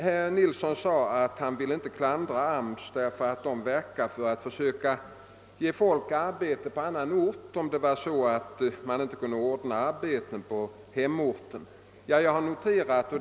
Herr Nilsson sade att han inte ville klandra AMS för att den verkar för att försöka ge folk arbete på annan ort om man inte kan ordna det på hemorten.